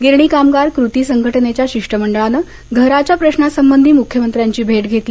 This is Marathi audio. गिरणी कामगार कृती संघटनेच्या शिष्टमंडळानं घराच्या प्रशासंबंधी मुख्यमंत्र्यांची भेट घेतली